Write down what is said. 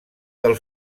del